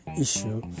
issue